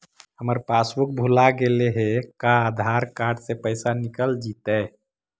हमर पासबुक भुला गेले हे का आधार कार्ड से पैसा निकल जितै?